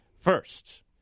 first